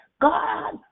God